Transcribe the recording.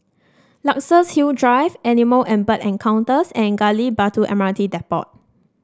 Luxus Hill Drive Animal and Bird Encounters and Gali Batu M R T Depot